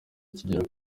akigera